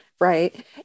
Right